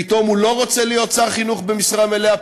פתאום הוא לא רוצה להיות שר חינוך במשרה מלאה?